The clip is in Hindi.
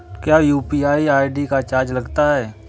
क्या यू.पी.आई आई.डी का चार्ज लगता है?